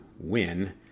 win